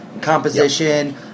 Composition